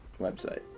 website